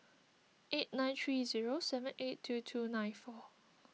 eight nine three zero seven eight two two nine four